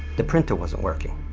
the printer wasn't working.